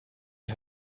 die